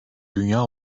dünya